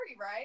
right